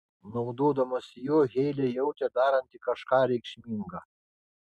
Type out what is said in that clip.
naudodamasi juo heilė jautė daranti kažką reikšminga